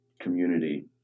community